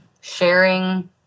sharing